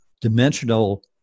dimensional